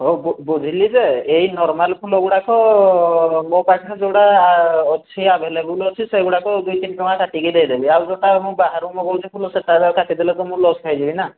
ହଉ ହଉ ବୁଝିଲି ଯେ ଏଇ ନର୍ମାଲ୍ ଫୁଲଗୁଡ଼ାକ ମୋ ପାଖରେ ଯେଉଁଗୁଡ଼ା ଅଛି ଆଭେଲେବୁଲ୍ ଅଛି ସେଗୁଡ଼ାକ ଦୁଇତିନି ଟଙ୍କା କତିକି ଦେଇଦେବି ଆଉ ଯେଉଁଟା ବାହାରୁ ମଗାଉଛି ଫୁଲ ସେଇଟା କାଟିଦେଲେ ତ ମୁଁ ଲସ୍ ଖାଇଯିବି ନା